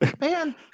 Man